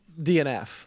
DNF